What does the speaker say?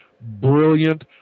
brilliant